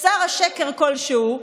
שר השקר כלשהו,